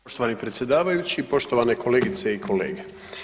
Poštovani predsjedavajući, poštovane kolegice i kolege.